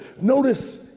Notice